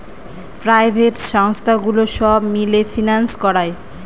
private সংস্থাগুলো সব মিলে ফিন্যান্স করায়